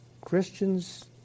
Christians